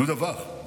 יהודה ואך,